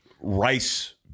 rice